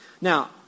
Now